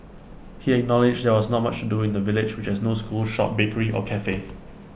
he acknowledged there was not much to do in the village which has no school shop bakery or Cafe